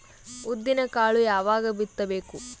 ಉದ್ದಿನಕಾಳು ಯಾವಾಗ ಬಿತ್ತು ಬೇಕು?